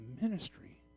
ministry